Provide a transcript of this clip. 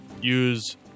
use